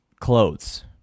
clothes